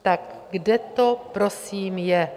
Tak kde to prosím je?